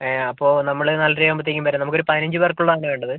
ഏഹ് അപ്പം നമ്മൾ നാലര ആകുമ്പോഴത്തേക്കും വരാം നമുക്കൊരു പതിനഞ്ച് പേർക്കുള്ളതാണേ വേണ്ടത്